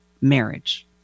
marriage